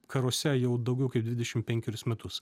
karuose jau daugiau kaip dvidešim penkerius metus